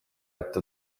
ette